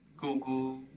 Google